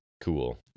cool